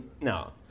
No